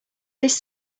this